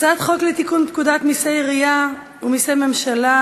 הצעת חוק לתיקון פקודת מסי העירייה ומסי הממשלה